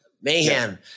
mayhem